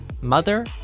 mother